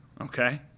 okay